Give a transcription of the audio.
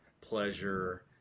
pleasure